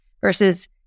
versus